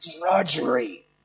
drudgery